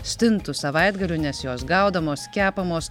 stintų savaitgaliu nes jos gaudomos kepamos